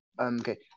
okay